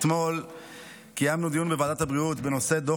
אתמול קיימנו דיון בוועדת הבריאות בנושא: דוח